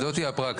זו תהיה הפרקטיקה.